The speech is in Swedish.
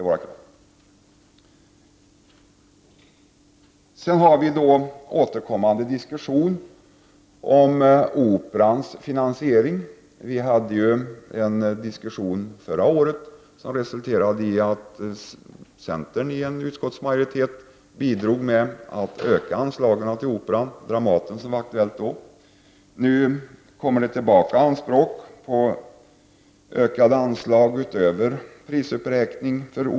Vi har en återkommande diskussion om Operans finansiering. Diskussionen förra året resulterade i att centern anslöt sig till utskottsmajoriten och därigenom bidrog till att öka anslagen till Operan och Dramaten. Nu kommer detta anspråk tillbaka. Man vill ha ökade anslag till Operan utöver prisuppräkning.